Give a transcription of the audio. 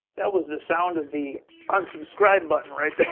that was the sound of the unsubscribe button right there!